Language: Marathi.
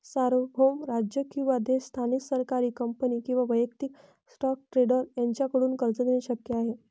सार्वभौम राज्य किंवा देश स्थानिक सरकारी कंपनी किंवा वैयक्तिक स्टॉक ट्रेडर यांच्याकडून कर्ज देणे शक्य आहे